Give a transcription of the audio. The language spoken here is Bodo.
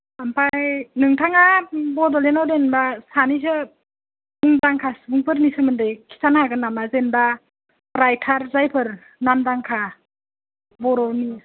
ओमफ्राय नोंथांआ बड'लेण्डाव जेनेबा सानैसो मुंदांखा सुबुंफोरनि सोमोन्दै खिन्थानो हागोन नामा जेनेबा राइतार जायफोर नामदांखा बर'नि